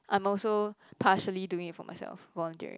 I'm also partially doing it for myself volunteering